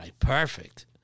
perfect